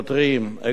אגרופים,